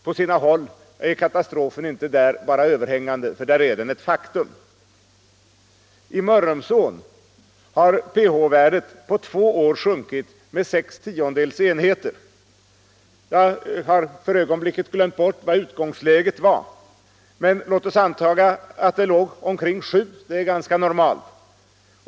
På sina håll är katastrofen där inte bara överhängande utan ett faktum. I Mörrumsån har pH-värdet på två år sjunkit med 0,6 enheter. Jag har för ögonblicket glömt bort vilket utgångsvärdet var, men låt oss anta att det låg omkring 7. Det är ganska normalt.